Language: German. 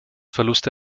verluste